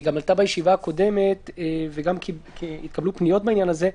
היא עלתה בישיבה הקודמת וגם התקבלו פניות בעניין הזה.